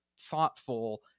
thoughtful